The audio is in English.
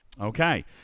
okay